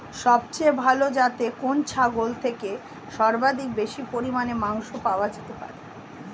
সবচেয়ে ভালো যাতে কোন ছাগল থেকে সর্বাধিক বেশি পরিমাণে মাংস পাওয়া যেতে পারে?